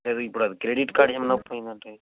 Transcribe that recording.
ఏది ఇప్పుడు అది క్రెడిట్ కార్డ్ ఏం